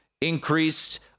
increased